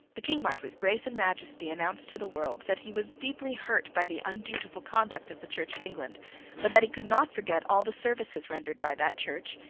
the king might with grace and majesty announce to the world that he was deeply hurt by the undutiful conduct of the church of england but that he could not forget all the services rendered by that church,